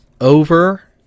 over